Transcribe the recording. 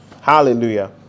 Hallelujah